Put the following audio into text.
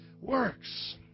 works